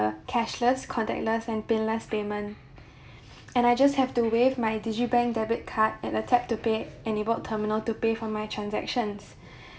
cashless contactless and pinless payment and I just have to wave my digibank debit card and uh tap to pay enabled terminal to pay for my transactions